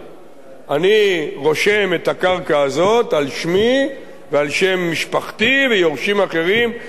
אני רושם את הקרקע הזאת על שמי ועל שם משפחתי ויורשים אחרים כדין,